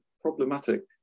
problematic